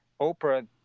oprah